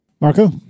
Marco